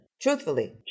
Truthfully